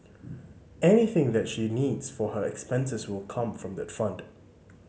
anything that she needs for her expenses will come from that fund